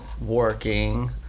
working